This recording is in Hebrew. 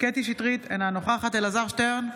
קטי קטרין שטרית, אינה נוכחת אלעזר שטרן,